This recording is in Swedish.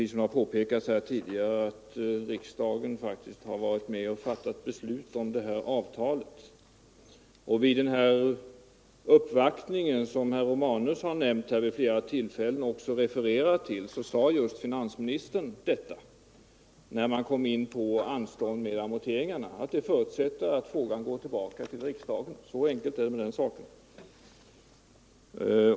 Som det påpekats tidigare har riksdagen varit med om att fatta beslut om avtalet, och vid den uppvaktning som herr Romanus har nämnt vid flera tillfällen, sade finansministern när man kom in på anstånd med amorteringarna att det förutsätter att frågan går tillbaka till riksdagen. Så enkelt är det med den saken.